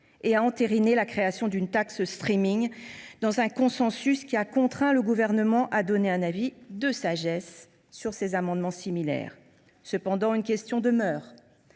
et a entériné la création d’une taxe sur le, dans un consensus qui a contraint le Gouvernement à donner un avis de sagesse sur les amendements concernés. Cependant, une question demeure.